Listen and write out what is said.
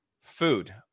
food